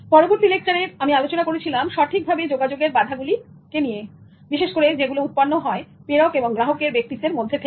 পরবর্তী লেকচারের আমি আলোচনা করেছিলাম সঠিকভাবে যোগাযোগের বাধা গুলি কে নিয়ে বিশেষ করে যেগুলো উৎপন্ন হয় প্রেরক এবং গ্রাহকের ব্যক্তিত্বের মধ্যে থেকে